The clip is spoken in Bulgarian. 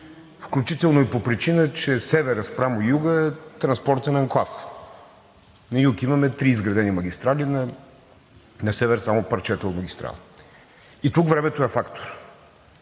включително и по причина, че Северът спрямо Юга е транспортен анклав – на юг имаме три изградени магистрали, на север само парчета от магистрала. И тук времето е фактор.